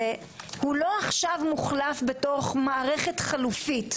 הוא לא עכשיו מוחלף בתוך מערכת חלופית,